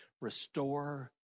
Restore